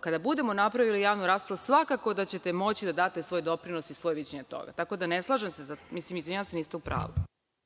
kada budemo napravili javnu raspravu svakako da ćete moći da date svoj doprinos i svoje viđenje toga, tako da se ne slažem. Izvinjavam se, niste u pravu.